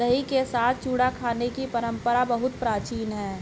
दही के साथ चूड़ा खाने की परंपरा बहुत प्राचीन है